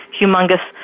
humongous